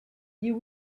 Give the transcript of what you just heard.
you